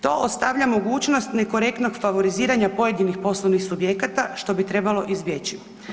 To ostavlja mogućnost nekorektnog favoriziranja pojedinih poslovnih subjekata, što bi trebalo izbjeći.